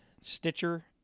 Stitcher